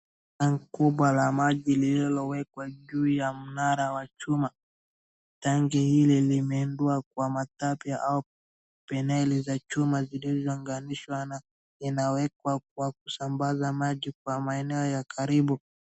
Tenki kubwa la maji lililo wekwa juu ya mnara wa chuma , tenki hili limeundwa kwa matap au peneli za chuma zilizounganishwa na inawekwa kwa kusambaza maji kwa maeneo ya karibu.